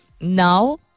now